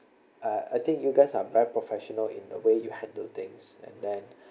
uh I think you guys are very professional in the way you handle things and then